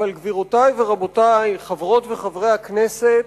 אבל, גבירותי ורבותי, חברות וחברי הכנסת,